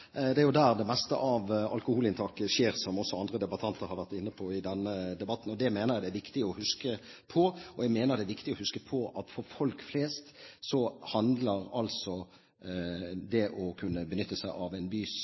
Det er jo der det meste av alkoholinntaket skjer, som også andre debattanter har vært inne på i denne debatten. Det mener jeg det er viktig å huske på, og jeg mener det er viktig å huske på at for folk flest handler det å kunne benytte seg av en bys